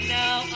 now